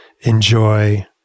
enjoy